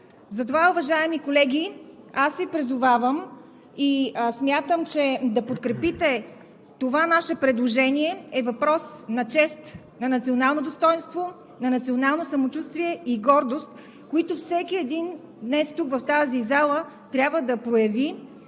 Затова, уважаеми колеги, аз Ви призовавам и смятам, че да подкрепите това наше предложение е въпрос на чест, на национално достойнство, на национално самочувствие и гордост, които всеки един в тази зала трябва да прояви